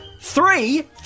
three